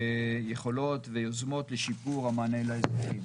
ויוזמות לשיפור המענה האזרחי.